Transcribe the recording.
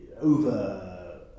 over